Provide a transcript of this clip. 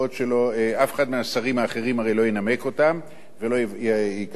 אף אחד מהשרים האחרים הרי לא ינמק אותן ולא ייקח אותן על עצמו.